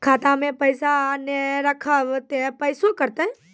खाता मे पैसा ने रखब ते पैसों कटते?